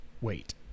wait